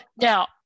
Now